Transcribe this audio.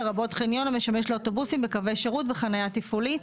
לרבות חניון המשמש לאוטובוסים בקווי שירות בחניה תפעולית.